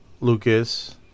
lucas